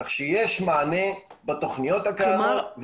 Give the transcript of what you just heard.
כך שיש מענה בתוכניות הקיימות.